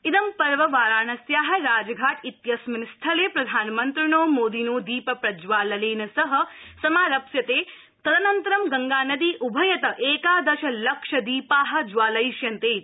इदं पर्व वाराणस्या राजघाट इत्यस्मिन् स्थले प्रधानमन्त्रिणो मोदिनो दीप प्रज्वालनेन सह समारप्स्यते तदनन्तरं गंगा नदीं उभयतः एकादश लक्ष दीपा ज्वालयिष्यन्ते इति